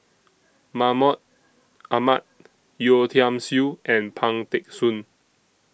Mahmud Ahmad Yeo Tiam Siew and Pang Teck Soon